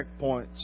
checkpoints